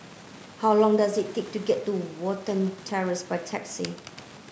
how long does it take to get to Watten Terrace by taxi